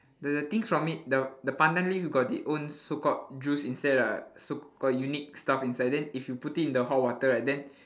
the the things from it the the pandan leaf got the own so called juice inside lah so call~ unique stuff inside then if you put it into hot water right then